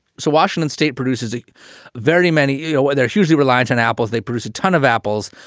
so washington state produces a very many you know, they're hugely reliant on apples. they produce a ton of apples.